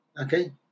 okay